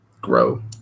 grow